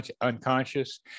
unconscious